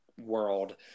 world